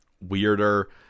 weirder